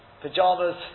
pajamas